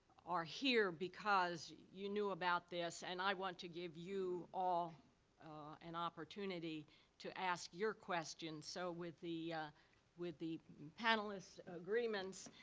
are here because you knew about this, and i want to give you all an opportunity to ask your questions. so, with the with the panelists' agreements,